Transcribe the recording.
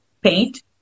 paint